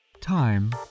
Time